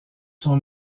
son